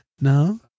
No